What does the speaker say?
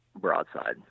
broadside